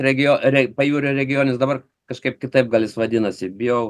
regiono reik pajūrio regioninis dabar kažkaip kitaip gal jis vadinasi bijau